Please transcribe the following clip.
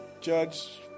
judge